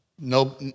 no